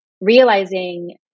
realizing